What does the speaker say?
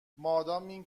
مادامی